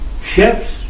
ships